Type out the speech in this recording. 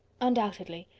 undoubtedly.